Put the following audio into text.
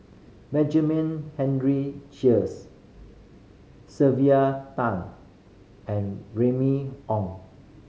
Benjamin Henry Sheares Sylvia Tan and Remy Ong